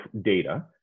data